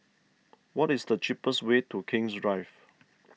what is the cheapest way to King's Drive